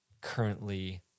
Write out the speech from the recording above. currently